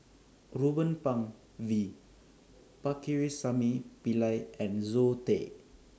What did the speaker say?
Ruben Pang V Pakirisamy Pillai and Zoe Tay